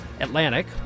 Atlantic